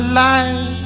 life